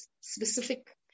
specific